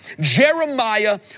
Jeremiah